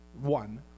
one